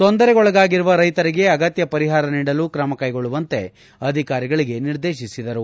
ತೊಂದರೆಗೊಳಗಾಗಿರುವ ರೈತರಿಗೆ ಅಗತ್ಯ ಪರಿಹಾರ ನೀಡಲು ಕ್ರಮ ಕೈಗೊಳ್ಳುವಂತೆ ಅಧಿಕಾರಿಗಳಿಗೆ ನಿರ್ದೇತಿಸಿದರು